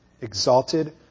Exalted